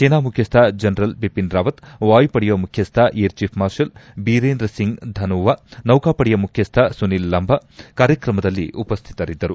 ಸೇನಾ ಮುಖ್ಚಿಸ್ವ ಜನರಲ್ ಬಿಪಿನ್ ರಾವತ್ ವಾಯುಪಡೆಯ ಮುಖ್ಚಿಸ್ವ air chief marshal Birendra Singh Dhanoa ನೌಕಾಪಡೆಯ ಮುಖ್ವಸ್ವ ಸುನಿಲ್ ಲಂಬಾ ಕಾರ್ಯಕ್ರಮದಲ್ಲಿ ಉಪಸ್ವಿತರಿದ್ದರು